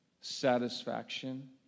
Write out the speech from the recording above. satisfaction